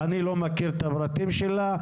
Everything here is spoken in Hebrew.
אני לא מכיר את הפרטים שלה.